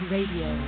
Radio